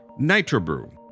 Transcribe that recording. NitroBrew